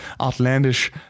outlandish